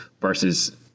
versus